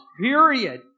period